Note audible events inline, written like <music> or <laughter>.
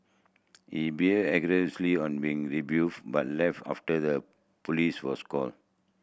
he <unintelligible> aggressively on being rebuff but left after the police was called